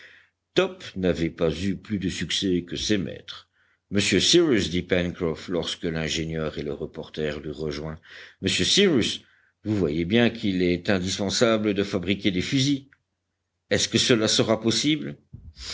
top n'avait pas eu plus de succès que ses maîtres monsieur cyrus dit pencroff lorsque l'ingénieur et le reporter l'eurent rejoint monsieur cyrus vous voyez bien qu'il est indispensable de fabriquer des fusils est-ce que cela sera possible